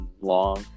long